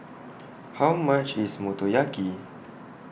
How much IS Motoyaki